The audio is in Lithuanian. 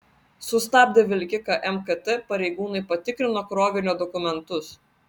sustabdę vilkiką mkt pareigūnai patikrino krovinio dokumentus